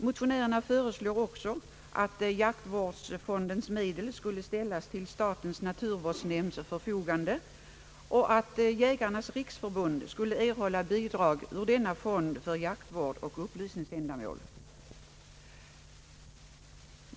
Motionärerna föreslår också att jaktvårdsfondens medel skulle ställas till statens naturvårdsnämnds förfogande och att Jägarnas riksförbund skulle erhålla bidrag ur denna fond för jaktvårdsoch upplysningsändamål.